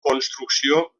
construcció